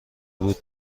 بود